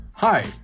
Hi